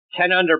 10-under